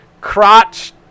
crotch